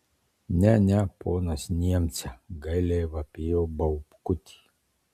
ne ne ponas niemce gailiai vapėjo baubkutė